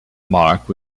marque